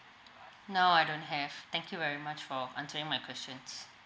no I don't have thank you very much for answering my questions